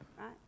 right